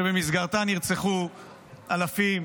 שבמסגרתה נרצחו אלפים,